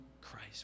Christ